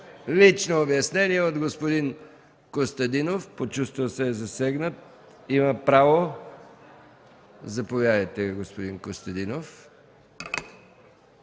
Лично обяснение от господин Костадинов. Почувствал се е засегнат, има право. Заповядайте, господин Костадинов.